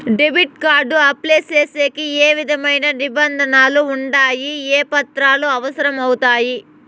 Debit card apply సేసేకి ఏ విధమైన నిబంధనలు ఉండాయి? ఏ పత్రాలు అవసరం అవుతాయి?